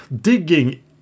digging